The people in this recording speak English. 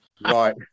Right